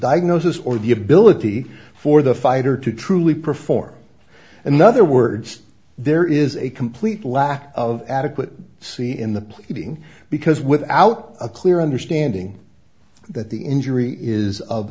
diagnosis or the ability for the fighter to truly perform another words there is a complete lack of adequate c in the pleading because without a clear understanding that the injury is of